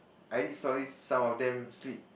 I read stories some of them sleep